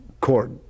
court